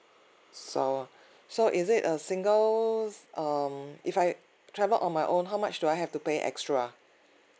so so is it a single um if I travel on my own how much do I have to pay extra